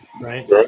right